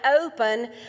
open